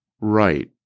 Right